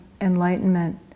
enlightenment